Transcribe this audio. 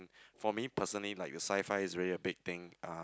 for me personally like a sci-fi is really a big thing uh